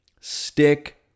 Stick